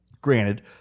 Granted